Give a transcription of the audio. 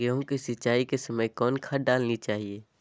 गेंहू के सिंचाई के समय कौन खाद डालनी चाइये?